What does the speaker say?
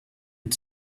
had